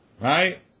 Right